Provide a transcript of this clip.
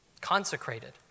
consecrated